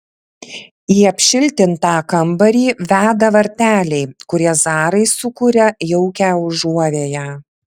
į apšiltintą kambarį veda varteliai kurie zarai sukuria jaukią užuovėją